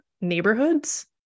neighborhoods